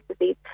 disease